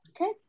Okay